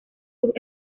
sus